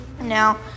now